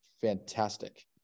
fantastic